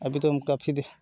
अभी तो हम काफ़ी